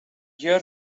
gör